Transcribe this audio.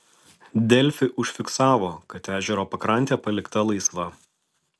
delfi užfiksavo kad ežero pakrantė palikta laisva